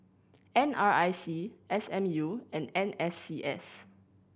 N R I C S M U and N S C S